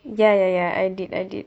ya ya ya I did I did